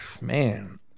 man